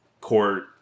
court